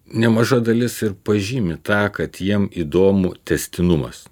nemaža dalis ir pažymi tą kad jiem įdomu tęstinumas